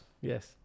yes